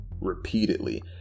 repeatedly